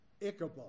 Ichabod